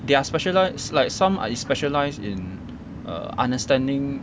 they are specialised like some are is specialised in err understanding